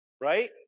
right